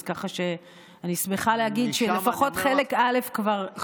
אז ככה שאני שמחה להגיד שלפחות חלק א' כבר קרה.